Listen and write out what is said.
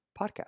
podcast